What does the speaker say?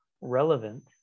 relevant